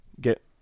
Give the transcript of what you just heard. get